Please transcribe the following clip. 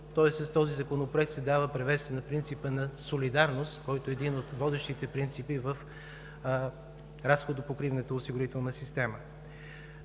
Тоест с този Законопроект се дава превес на принципа на солидарност, който е един от водещите принципи в разходо-покривната осигурителна система.